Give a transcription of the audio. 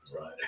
right